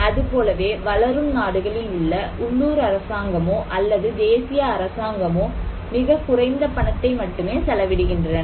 அது போலவே வளரும் நாடுகளில் உள்ள உள்ளூர் அரசாங்கமோ அல்லது தேசிய அரசாங்கமோ மிகக் குறைந்த பணத்தை மட்டுமே செலவிடுகின்றன